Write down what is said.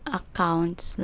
accounts